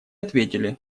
ответили